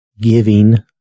giving